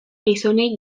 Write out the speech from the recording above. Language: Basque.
gizonei